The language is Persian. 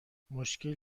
مشکل